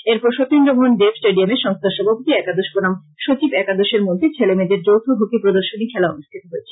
এরপর সতীন্দ্র মোহন দেব স্টেডিয়াম সংস্থার সভাপতি একাদশ বনাম সচিব একাদশের মধ্যে ছেলে মেয়েদের যৌথ হকি প্রর্দশনী খেলা অনুষ্ঠিত হয়